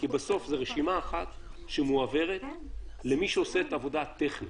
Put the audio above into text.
בסוף זו רשימה אחת שמועברת למי שעושה את העבודה הטכנית,